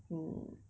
hmm